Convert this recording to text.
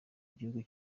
igihugu